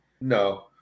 No